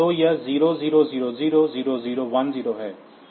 तो यह 0000 0010 है